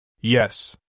Yes